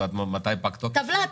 טבלה.